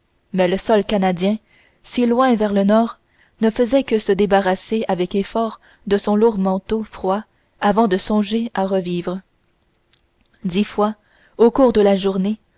mais le sol canadien si loin vers le nord ne faisait que se débarrasser avec effort de son lourd manteau froid avant de songer à revivre dix fois au cours de la journée